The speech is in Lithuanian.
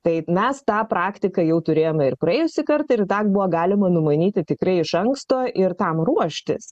tai mes tą praktiką jau turėjom ir praėjusį kartą ir dar buvo galima numanyti tikrai iš anksto ir tam ruoštis